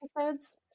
episodes